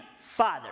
father